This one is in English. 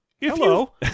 Hello